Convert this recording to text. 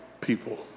people